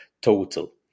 total